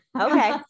Okay